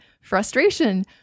frustration